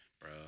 Bro